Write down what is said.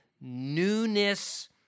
newness